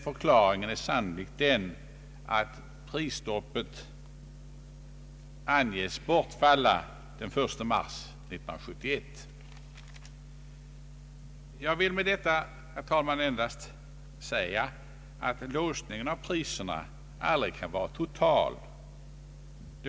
Förklaringen är sannolikt den att prisstoppet i Danmark anges skola bortfalla den 1 mars 1971. Jag vill med detta, herr talman, endast ha sagt att låsningen av priserna aldrig kan vara total.